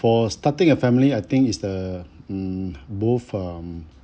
for starting a family I think is the mm both um